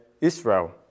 Israel